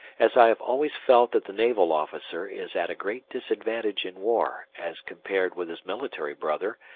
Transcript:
as i have always felt that the naval officer is at a great disadvantage in war as compared with his military brother,